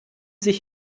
sich